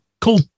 cool